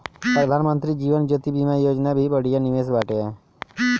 प्रधानमंत्री जीवन ज्योति बीमा योजना भी बढ़िया निवेश बाटे